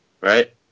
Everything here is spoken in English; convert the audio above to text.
right